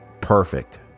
perfect